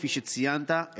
כפי שציינת,